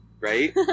Right